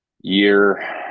year